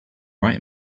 right